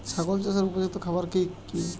ছাগল চাষের উপযুক্ত খাবার কি কি?